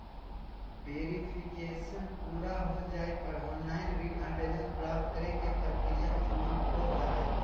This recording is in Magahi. वेरिफिकेशन पूरा हो जाय पर ऑनलाइन ऋण आवेदन प्राप्त करे के प्रक्रिया समाप्त हो जा हय